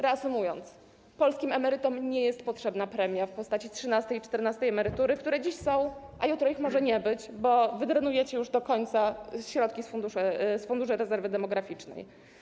Reasumując, polskim emerytom nie jest potrzebna premia w postaci trzynastej i czternastej emerytury, które dziś są, a jutro ich może nie być, bo wydrenujecie już do końca środki z Funduszu Rezerwy Demograficznej.